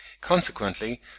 Consequently